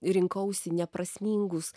rinkausi neprasmingus